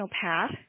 path